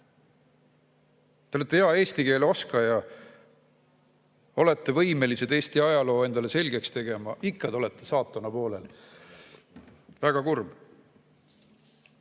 Te olete hea eesti keele oskaja, olete võimeline Eesti ajaloo endale selgeks tegema, aga ikka te olete saatana poolel. Väga kurb!